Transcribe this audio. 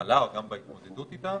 במחלה או גם בהתמודדות איתה